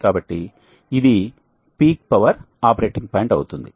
కాబట్టి ఇది peak power operating point అవుతుంది